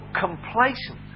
complacent